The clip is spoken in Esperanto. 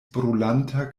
brulanta